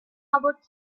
about